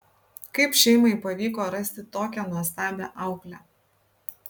kaip šeimai pavyko rasti tokią nuostabią auklę